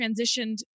transitioned